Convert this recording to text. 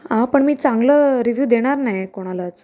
हा पण मी चांगलं रिव्ह्यू देणार नाही आहे कोणालाच